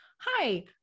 hi